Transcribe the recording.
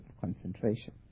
concentration